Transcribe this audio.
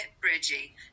Bridgie